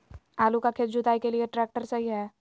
आलू का खेत जुताई के लिए ट्रैक्टर सही है?